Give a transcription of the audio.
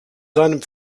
seinem